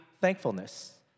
thankfulness